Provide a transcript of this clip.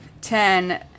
ten